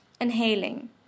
inhaling